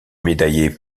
médaillé